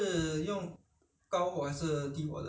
cook it for half an hour low heat